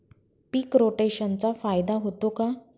पीक रोटेशनचा फायदा होतो का?